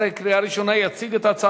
אני מבקש